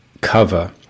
cover